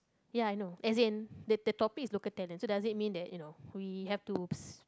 ya I know as in the the topic is local talent does it mean that you know we have to